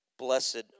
Blessed